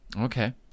Okay